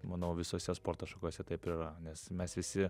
manau visose sporto šakose taip ir yra nes mes visi